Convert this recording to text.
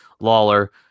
Lawler